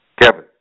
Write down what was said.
Kevin